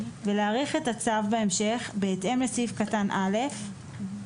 ולהאריך את הצו בהמשך בהתאם לסעיף קטן (א).